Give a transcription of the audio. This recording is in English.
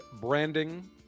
branding